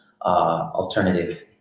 alternative